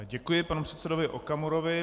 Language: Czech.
Děkuji panu předsedovi Okamurovi.